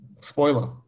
Spoiler